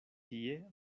tie